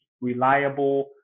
reliable